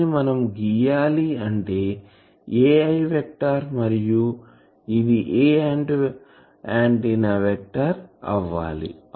దీనిని మనం గీయాలి అంటే a i వెక్టార్ మరియు ఇది aant ఆంటిన్నా వెక్టార్ అవ్వాలి